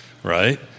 Right